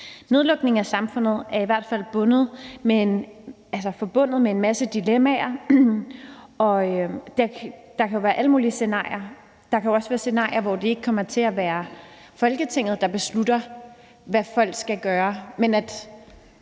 Nedlukningen af samfundet er i hvert fald forbundet med en masse dilemmaer, og der kan være alle mulige scenarier. Der kan også være scenarier, hvor det ikke kommer til at være Folketinget, der beslutter, hvad folk skal gøre,